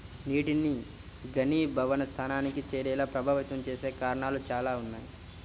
నీటిని ఘనీభవన స్థానానికి చేరేలా ప్రభావితం చేసే కారణాలు చాలా ఉన్నాయి